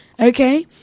okay